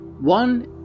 One